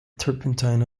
turpentine